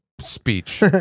speech